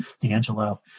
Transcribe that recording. D'Angelo